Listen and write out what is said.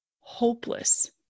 hopeless